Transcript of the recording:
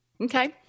Okay